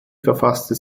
verfasste